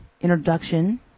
introduction